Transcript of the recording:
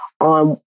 on